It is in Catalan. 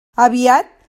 aviat